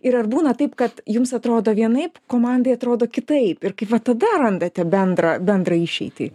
ir ar būna taip kad jums atrodo vienaip komandai atrodo kitaip ir kaip va tada randate bendrą bendrą išeitį